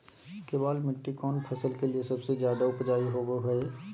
केबाल मिट्टी कौन फसल के लिए सबसे ज्यादा उपजाऊ होबो हय?